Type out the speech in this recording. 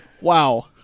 Wow